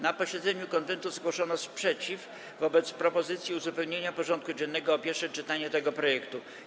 Na posiedzeniu Konwentu zgłoszono sprzeciw wobec propozycji uzupełnienia porządku dziennego o pierwsze czytanie tego projektu.